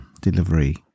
delivery